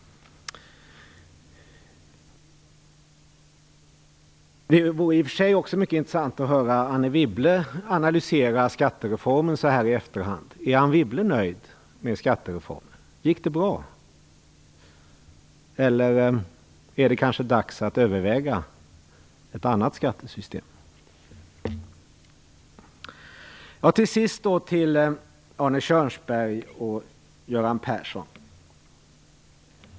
Det vore i för sig också mycket intressant att höra Anne Wibble analysera skattereformen så här i efterhand. Är Anne Wibble nöjd med skattereformen? Gick det bra? Eller är det kanske dags att överväga ett annat skattesystem? Till sist vill jag vända mig till Arne Kjörnsberg och Göran Persson.